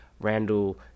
randall